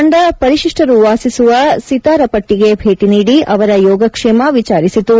ತಂಡ ಪರಿಶಿಷ್ಟರು ವಾಸಿಸುವ ಸೆತಾರುಪಟ್ಟುಗೆ ಭೇಟಿ ನೀದಿ ಅವರ ಯೋಗಕ್ಷೇಮ ವಿಚಾರಿಸಿತು